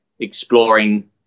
exploring